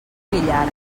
villar